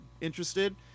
interested